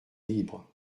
libre